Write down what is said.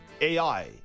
AI